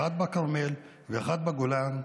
אחד בכרמל ואחד בגולן,